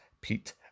Pete